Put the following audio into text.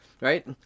right